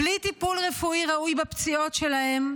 בלי טיפול רפואי ראוי בפציעות שלהם,